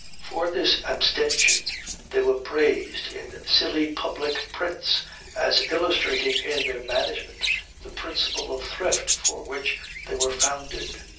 for this abstention they were praised in silly public prints as illustrating in their management the principle of thrift for which they were founded.